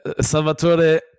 Salvatore